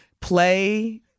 play